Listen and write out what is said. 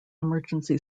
emergency